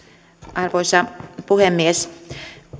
arvoisa puhemies